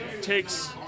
takes